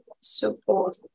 support